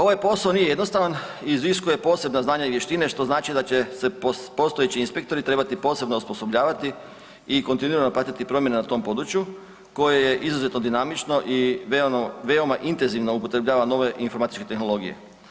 Ovaj posao nije jednostavan i iziskuje posebne znanja i vještine što znači da će se postojeći inspektori trebati posebno osposobljavati i kontinuirano pratiti promjene na tom području koje je izuzetno dinamično i veoma intenzivno upotrebljava nove informatičke tehnologije.